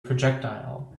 projectile